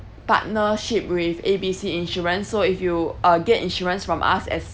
partnership with A B C insurance so if you uh get insurance from us as